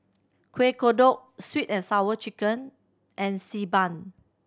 Kueh Kodok Sweet And Sour Chicken and Xi Ban